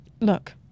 look